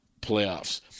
playoffs